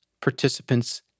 participants